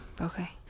Okay